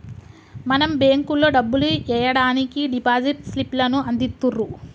మనం బేంకులో డబ్బులు ఎయ్యడానికి డిపాజిట్ స్లిప్ లను అందిత్తుర్రు